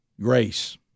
grace